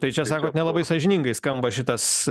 tai čia sakot nelabai sąžiningai skamba šitas